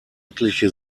etliche